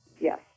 Yes